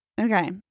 Okay